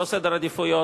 לא סדר עדיפויות.